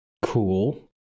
Cool